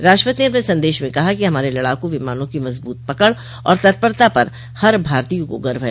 राष्ट्रपति ने अपने संदेश में कहा है कि हमारे लड़ाकू विमानों की मजबूत पकड़ और तत्परता पर हर भारतीय को गर्व है